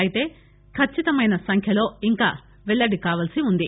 అయితే ఖచ్చితమైన సంఖ్యలో ఇంకా పెల్లడి కావాల్సి ఉంది